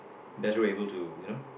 better able to you know